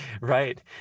right